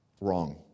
wrong